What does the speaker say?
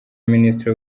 minisitiri